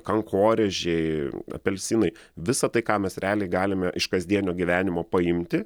kankorėžiai apelsinai visa tai ką mes realiai galime iš kasdienio gyvenimo paimti